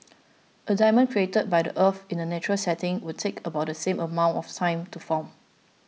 a diamond created by the earth in a natural setting would take about the same amount of time to form